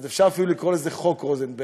אז אפשר אפילו לקרוא לזה חוק רוזנברג,